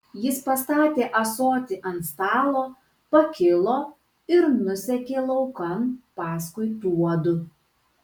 jis pastatė ąsotį ant stalo pakilo ir nusekė laukan paskui tuodu